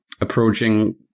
approaching